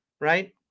right